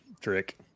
trick